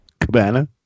Cabana